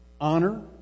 honor